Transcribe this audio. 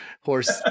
Horse